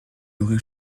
aurait